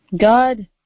God